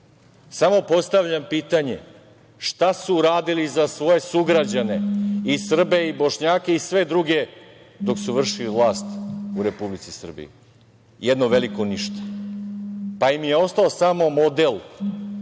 postavljam pitanje – šta su uradili za svoje sugrađane i Srbe i Bošnjake i sve druge dok su vršili vlast u Republici Srbiji? Jedno veliko ništa, pa im je ostao samo model,